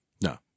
no